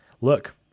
look